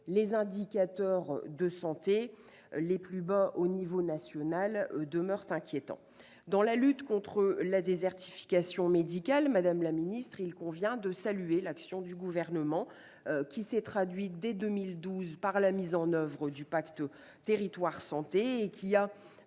les indicateurs de santé, les plus bas à l'échelon national, demeurent inquiétants. Cela dit, dans la lutte contre la désertification médicale, madame la secrétaire d'État, il convient de saluer l'engagement du Gouvernement qui s'est traduit, dès 2012, par la mise en oeuvre du pacte territoire-santé, et qui a,